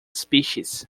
species